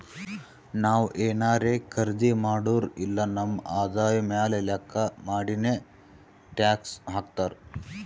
ನಾವ್ ಏನಾರೇ ಖರ್ದಿ ಮಾಡುರ್ ಇಲ್ಲ ನಮ್ ಆದಾಯ ಮ್ಯಾಲ ಲೆಕ್ಕಾ ಮಾಡಿನೆ ಟ್ಯಾಕ್ಸ್ ಹಾಕ್ತಾರ್